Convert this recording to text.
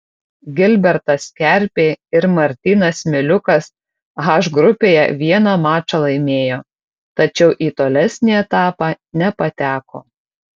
gilbertas kerpė ir martynas miliukas h grupėje vieną mačą laimėjo tačiau į tolesnį etapą nepateko